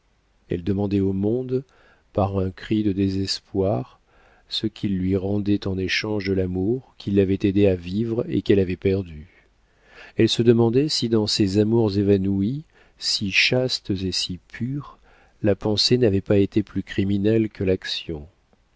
elle demandait au monde par un cri de désespoir ce qu'il lui rendait en échange de l'amour qui l'avait aidée à vivre et qu'elle avait perdu elle se demandait si dans ses amours évanouis si chastes et si purs la pensée n'avait pas été plus criminelle que l'action